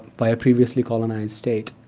by a previously colonized state,